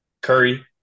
Curry